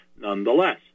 nonetheless